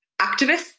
activists